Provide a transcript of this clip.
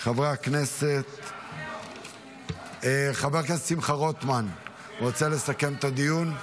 חבר הכנסת שמחה רוטמן, רוצה לסכם את הדיון?